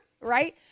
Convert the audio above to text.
right